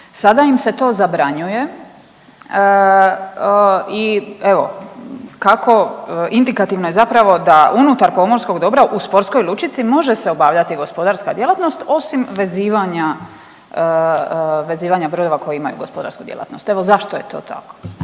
Sada im se to zabranjuje i evo kako, indikativno je zapravo da unutar pomorskog dobra u sportskoj lučici može se obavljati gospodarska djelatnost osim vezivanja, vezivanja brodova koje imaju gospodarsku djelatnost. Evo zašto je to tako?